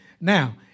Now